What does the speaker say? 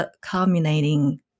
culminating